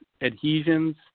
adhesions